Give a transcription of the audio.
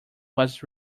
was